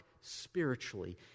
spiritually